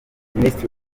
minisitiri